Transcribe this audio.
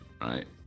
Right